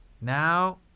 Now